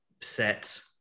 set